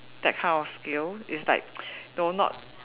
that kind of skill it's like no not